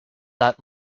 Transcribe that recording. that